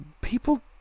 people